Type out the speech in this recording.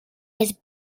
his